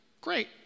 great